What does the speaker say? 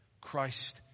Christ